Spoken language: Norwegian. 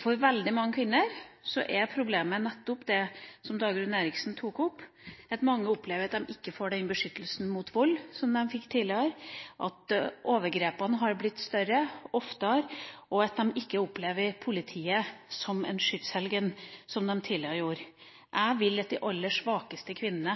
For veldig mange kvinner er problemet nettopp det som Dagrun Eriksen tok opp, at de opplever at de ikke får den beskyttelsen mot vold som de fikk tidligere, at overgrepene har blitt større og oftere, og at de ikke opplever politiet som en skytshelgen, som de tidligere gjorde. Jeg vil